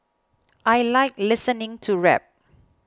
I like listening to rap